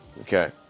okay